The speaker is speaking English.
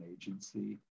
agency